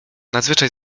nadzwyczaj